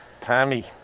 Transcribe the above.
Tommy